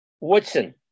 Woodson